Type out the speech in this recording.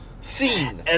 scene